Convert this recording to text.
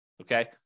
Okay